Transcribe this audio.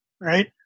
Right